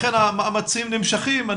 לכן המאמצים נמשכים.